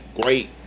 great